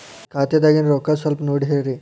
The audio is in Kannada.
ನನ್ನ ಖಾತೆದಾಗಿನ ರೊಕ್ಕ ಸ್ವಲ್ಪ ನೋಡಿ ಹೇಳ್ರಿ